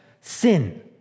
sin